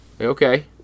Okay